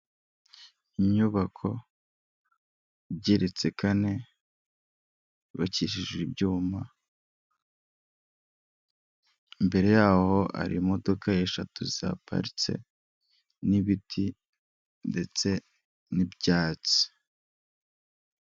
Inyubako igereretse kane, yubakishije ibyuma, imbere yaho hari imodoka eshatu zihaparitse n'ibiti ndetse n'ibyatsi.